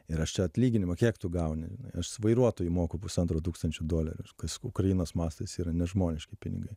ir aš čia atlyginimą kiek tu gauni aš vairuotojui moku pusantro tūkstančio dolerių kas ukrainos mastais yra nežmoniški pinigai